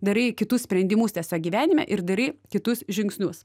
darai kitus sprendimus tiesa gyvenime ir darai kitus žingsnius